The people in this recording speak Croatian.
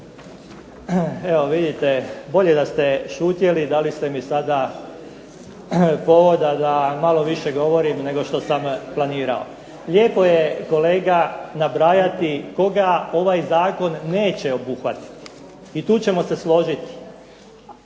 Evo vidite, bolje da ste šutjeli dali ste mi sada povoda da malo više govorim nego što sam planirao. Lijepo je kolega nabrajati koga ovaj Zakon neće obuhvatiti i to ćemo se složiti.